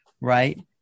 Right